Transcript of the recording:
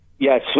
Yes